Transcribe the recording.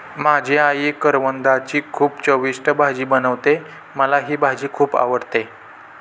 माझी आई करवंदाची खूप चविष्ट भाजी बनवते, मला ही भाजी खुप आवडते